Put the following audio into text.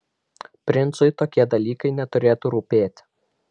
princui tokie dalykai neturėtų rūpėti